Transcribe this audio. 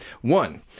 one